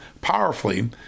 powerfully